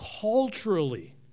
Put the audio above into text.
Culturally